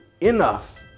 enough